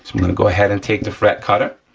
i'm gonna go ahead and take the fret cutter